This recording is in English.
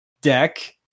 deck